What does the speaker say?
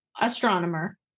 astronomer